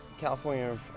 California